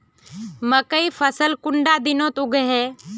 मकई फसल कुंडा दिनोत उगैहे?